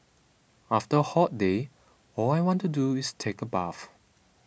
after a hot day all I want to do is take a bath